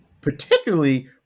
Particularly